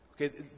Okay